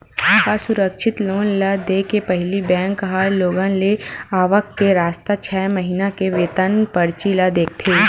असुरक्छित लोन ल देय के पहिली बेंक ह लोगन के आवक के रस्ता, छै महिना के वेतन परची ल देखथे